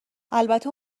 البته